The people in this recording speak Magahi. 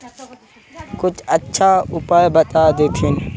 कुछ अच्छा उपाय बता देतहिन?